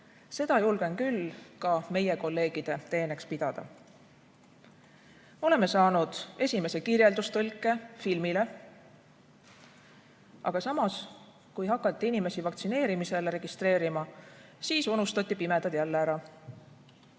Seda julgen küll ka meie kolleegide teeneks pidada. Oleme saanud esimese kirjeldustõlke mängufilmile. Aga kui rahvast hakati vaktsineerimisele registreerima, siis unustati pimedad jälle ära.